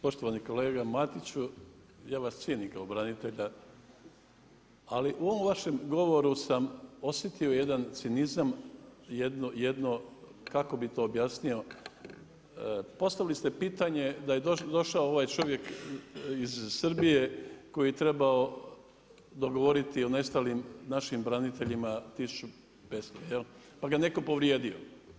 Poštovani kolega Matiću, ja vas cijenim kao branitelja ali u ovom vašem govoru sam osjetio jedan cinizam, jedno kako bi to objasnio, postavili ste pitanje da je došao ovaj čovjek iz Srbije koji je trebao dogovoriti o nestalim našim braniteljima, 1500, jel', pa ga netko povrijedio.